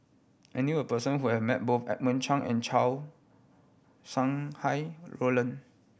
I knew a person who has met both Edmund Cheng and Chow Sau Hai Roland